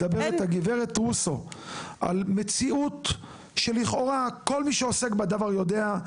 מדברת הגברת רוסו על מציאות שלכאורה כל מי שעוסק בדבר יודע,